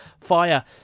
fire